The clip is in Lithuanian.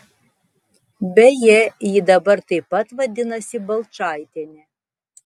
beje ji dabar taip pat vadinasi balčaitiene